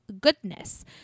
goodness